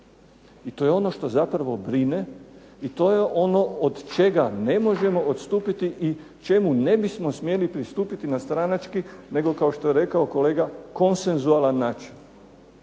I to je ono što zapravo brine i to je ono od čega ne možemo odstupiti i čemu ne bismo smjeli pristupiti stranački, nego što je rekao kolega konsensualan način.